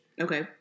Okay